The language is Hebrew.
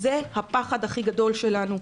זה הפחד הכי גדול שלנו.